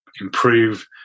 improve